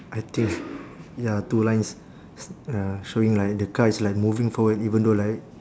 I think ya two lines s~ uh showing like the car is like moving forward even though like